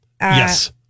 Yes